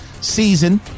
season